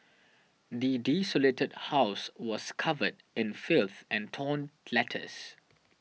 the desolated house was covered in filth and torn letters